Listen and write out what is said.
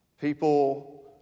People